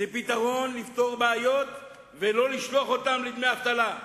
זה לפתור בעיות ולא לשלוח אותם לדמי אבטלה.